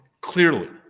clearly